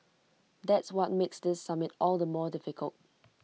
that's what makes this summit all the more difficult